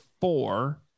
four